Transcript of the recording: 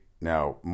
now